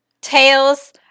tails